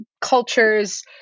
cultures